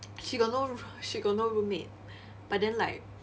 she got no she got no roommate but then like